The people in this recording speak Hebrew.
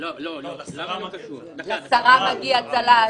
לא, לשרה מגיע צל"ש.